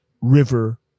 River